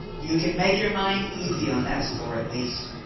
you can make your mind easy on that score, at least.